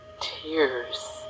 tears